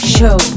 Show